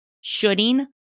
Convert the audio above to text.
shooting